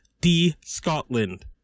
D-Scotland